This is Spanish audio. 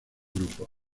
grupo